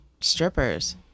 strippers